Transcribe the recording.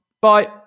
Bye